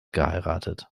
geheiratet